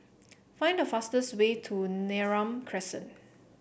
find the fastest way to Neram Crescent